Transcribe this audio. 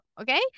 okay